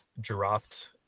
dropped